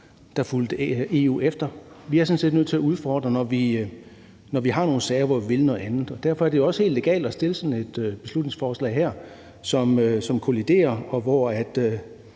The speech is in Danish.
der fulgte EU efter. Vi er sådan set nødt til at udfordre, når vi har nogle sager, hvor vi vil noget andet, og derfor er det jo også helt legalt at fremsætte sådan et beslutningsforslag her, som kolliderer, og hvor